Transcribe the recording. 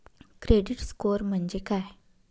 Credit score म्हणजे काय?